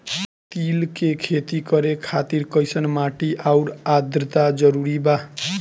तिल के खेती करे खातिर कइसन माटी आउर आद्रता जरूरी बा?